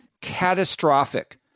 catastrophic